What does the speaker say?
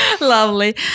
lovely